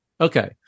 Okay